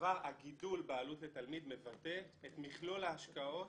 הגידול בעלות לתלמיד מבטא את מכלול ההשקעות